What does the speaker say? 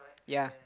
ya